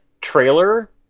trailer